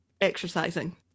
exercising